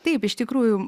taip iš tikrųjų